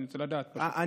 אני רוצה לדעת, פשוט.